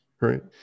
Right